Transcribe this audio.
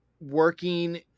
working